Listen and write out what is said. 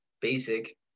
basic